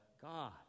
God